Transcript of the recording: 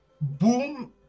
boom